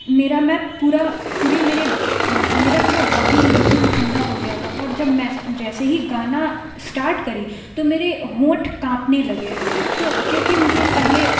میرا میں پورا پورے میرے میرا پورا باڈی بالکل ٹھنڈا ہو گیا تھا اور جب میں جیسے ہی گانا اسٹاٹ کری تو میرے ہونٹ کانپنے لگے تو کیوں کہ مجھے پہلے